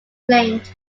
claimed